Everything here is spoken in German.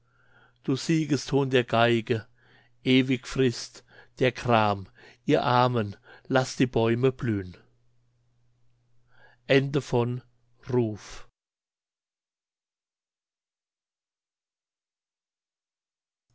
du siegeston der geige ewig frißt der gram ihr armen laßt die bäume blühn